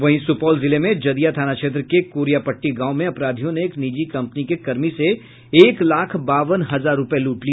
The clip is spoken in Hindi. वहीं सुपौल जिले में जदिया थाना क्षेत्र के कोरियापट्टी गांव में अपराधियों ने एक निजी कम्पनी के कर्मी से एक लाख बावन हजार रुपये लूट लिए